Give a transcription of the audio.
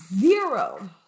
zero